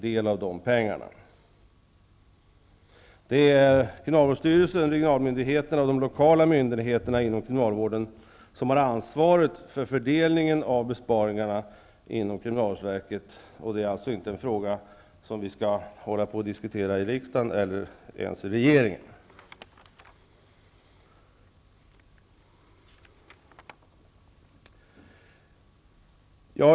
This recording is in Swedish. Det är kriminalvårdsstyrelsen, de regionala myndigheterna och de lokala myndigheterna inom kriminalvården som har ansvaret för fördelningen av de inbesparade pengarna hos kriminalvårdsverket, och det är alltså inte en fråga som skall diskuteras här i riksdagen eller ens i regeringen.